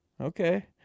Okay